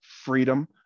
freedom